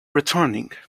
returning